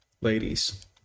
ladies